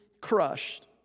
crushed